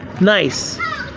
Nice